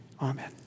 Amen